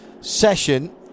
session